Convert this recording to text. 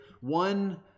one